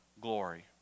glory